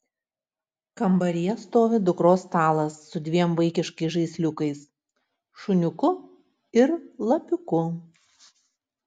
kambaryje stovi dukros stalas su dviem vaikiškais žaisliukais šuniuku ir lapiuku